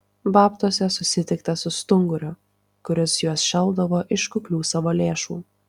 babtuose susitikta su stunguriu kuris juos šelpdavo iš kuklių savo lėšų